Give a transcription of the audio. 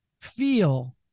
feel